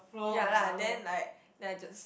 yea lah then like then I just